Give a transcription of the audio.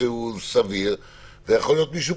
אנחנו כבר שלוש שנים מסבירים ותמיד הדרך הנכונה היא לנסות להסביר,